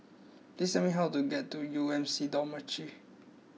please tell me how to get to U M C Dormitory